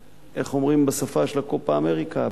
איך אומרים בשפה של ה"קופה-אמריקה"?